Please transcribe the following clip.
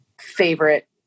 favorite